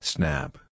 Snap